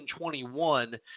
2021